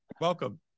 Welcome